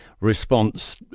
response